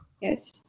Yes